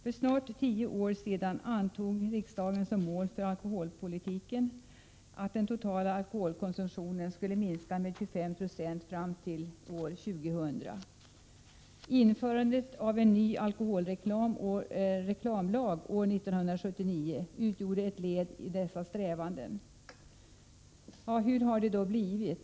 För snart tio år sedan antog riksdagen som mål för alkoholpolitiken att den totala alkoholkonsumtionen skulle minska med 25 20 fram till år 2000. Införandet av en ny alkoholreklamlag år 1979 utgjorde ett led i dessa strävanden. Hur har det då blivit?